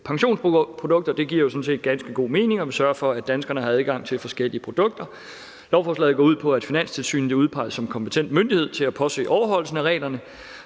jo sådan set ganske god mening, at vi sørger for, at danskerne har adgang til forskellige produkter. Lovforslaget går ud på, at Finanstilsynet bliver udpeget som kompetent myndighed til at påse overholdelsen af reglerne,